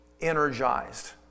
energized